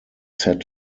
set